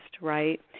right